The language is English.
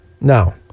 No